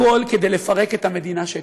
הכול, כדי לפרק את המדינה שקמה.